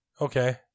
Okay